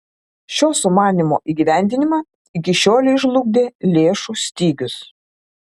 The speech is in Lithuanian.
šio sumanymo įgyvendinimą iki šiolei žlugdė lėšų stygius